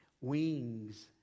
wings